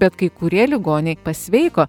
bet kai kurie ligoniai pasveiko